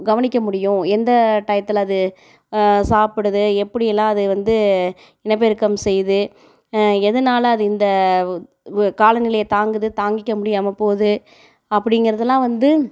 கவனிக்க முடியும் எந்த டையத்தில் அது சாப்பிடுது எப்படியெல்லாம் அது வந்து இனப்பெருக்கம் செய்யுது எதனால் அது இந்த காலநிலையை தாங்குது தாங்கிக்க முடியாமல் போகுது அப்படிங்கிறதெல்லாம் வந்து